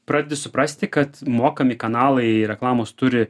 pradedi suprasti kad mokami kanalai reklamos turi